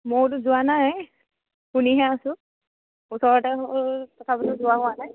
মইওটো যোৱা নাই শুনিহে আছোঁ ওচৰতে হ'ল তথাপিটো যোৱা হোৱা নাই